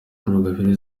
rugabire